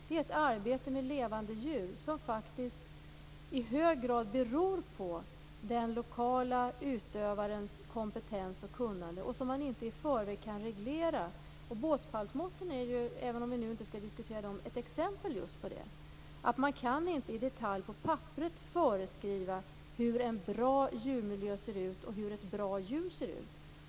Det är ett arbete med levande djur som i hög grad beror på den lokala utövarens kompetens och kunnande och som man inte i förväg kan reglera. Båspallsmåtten är, även om vi nu inte skall diskutera dem, ett exempel just på det. Man kan inte i detalj på papperet föreskriva hur en bra djurmiljö ser ut och hur ett bra djur ser ut.